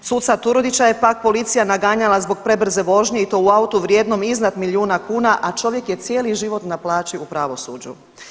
Suca Turudića je pak policija naganjala zbog prebrze vožnje i to u autu vrijednom iznad milijuna kuna, a čovjek je cijeli život na plaći u pravosuđu.